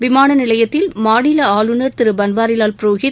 விமான நிலையத்தில் மாநில ஆளுநர் திரு பன்வாரிலால் புரோஹித்